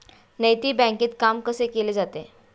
नैतिक बँकेत काम कसे केले जाते?